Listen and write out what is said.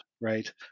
right